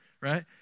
right